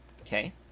Okay